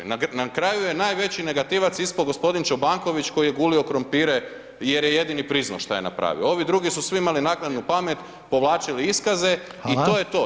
Na kraju je najveći negativac ispao gospodin Čobanković, koji je gulio krumpire, jer je jedini priznao što je napravio, ovi drugi su svi imali naknadnu pamet, povlačili iskaze i to je to.